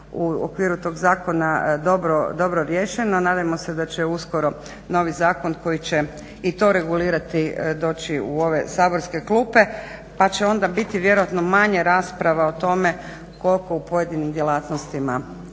u okviru tog zakona dobro riješeno. Nadajmo se da će uskoro novi zakon koji će i to regulirati doći u ove saborske klupe pa će onda biti vjerojatno manje rasprava o tome koliko u pojedinim djelatnostima